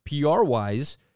PR-wise